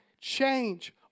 change